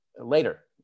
later